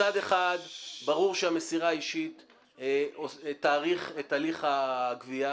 מצד אחד ברור שמסירה אישית תאריך את הליך הגבייה.